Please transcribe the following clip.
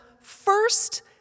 first